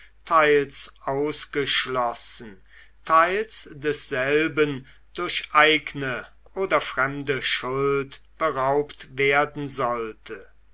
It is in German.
teils ausgeschlossen teils desselben durch eigne oder fremde schuld beraubt werden sollte